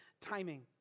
timing